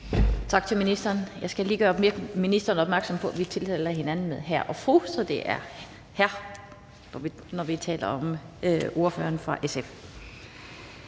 Tak til ministeren. Jeg skal lige gøre ministeren opmærksom på, at vi tiltaler hinanden med hr. og fru, så det er hr., når vi taler om ordføreren fra SF,